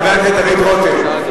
חבר הכנסת דוד רותם.